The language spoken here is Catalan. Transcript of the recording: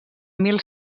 mil